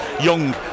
Young